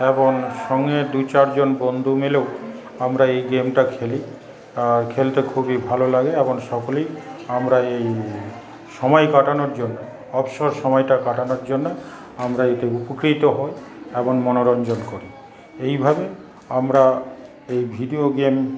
এবং সঙ্গে দু চার জন বন্ধু মিলেও আমরা এই গেমটা খেলি আর খেলতে খুবই ভালো লাগে এবং সকলেই আমরা এই সময় কাটানোর জন্য অবসর সময়টা কাটানোর জন্য আমরা এইতে উপকৃত হয় এবং মনোরঞ্জন করি এই ভাবে আমরা এই ভিডিও গেম